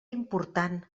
important